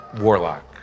Warlock